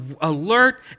alert